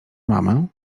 mamę